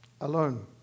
alone